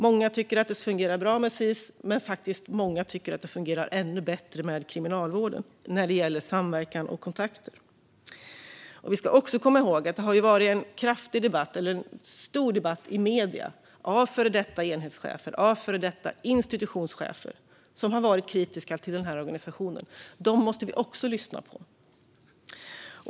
Många tycker att det fungerar bra med Sis, men många tycker faktiskt att det fungerar ännu bättre med Kriminalvården när det gäller samverkan och kontakter. Vi ska också komma ihåg att det har varit en stor debatt i medierna med före detta enhetschefer och institutionschefer som har varit kritiska till denna organisation. Dem måste vi också lyssna på.